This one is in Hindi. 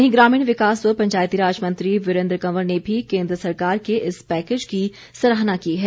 वहीं ग्रामीण विकास व पंचायतीराज मंत्री वीरेंद्र कंवर ने भी केंद्र सरकार के इस पैकेज की सराहना की है